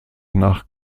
nach